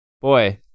Boy